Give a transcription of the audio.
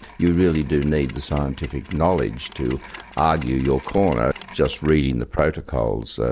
you really do need the scientific knowledge to argue your corner. just reading the protocols,